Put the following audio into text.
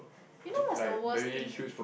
you know what's the worst thing